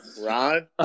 Ron